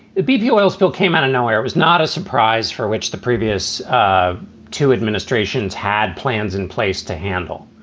the bp oil spill came out of nowhere. it was not a surprise for which the previous two administrations had plans in place to handle.